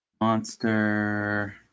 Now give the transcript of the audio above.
monster